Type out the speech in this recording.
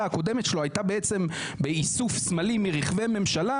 הקודמת שלו הייתה באיסוף סמלים מרכבי ממשלה,